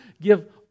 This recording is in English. give